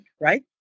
Right